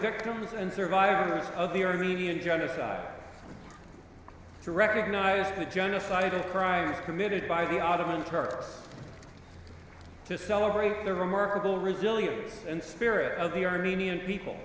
victims and survivors of the armenian genocide to recognize the genocide and crimes committed by the ottoman turks to celebrate the remarkable resilience and spirit of the armenian people